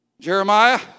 Jeremiah